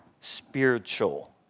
spiritual